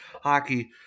Hockey